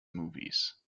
movies